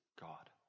God